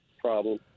problem